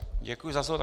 Děkuji za slovo.